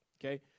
Okay